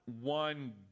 one